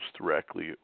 directly